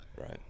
Right